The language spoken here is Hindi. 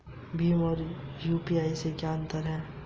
भीम और यू.पी.आई में क्या अंतर है?